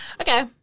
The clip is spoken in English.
Okay